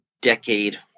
decade